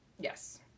Yes